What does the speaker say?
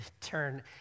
turn